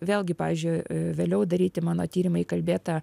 vėlgi pavyzdžiui vėliau daryti mano tyrimai kalbėta